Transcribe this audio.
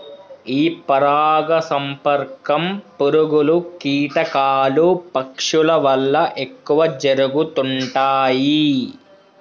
ఈ పరాగ సంపర్కం పురుగులు, కీటకాలు, పక్షుల వల్ల ఎక్కువ జరుగుతుంటాయి